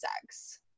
sex